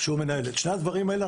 הוא מנהל את שני הדברים האלה.